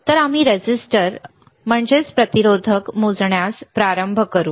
तर आम्ही रेझिस्टर प्रतिरोधक मोजण्यास प्रारंभ करू